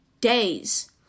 days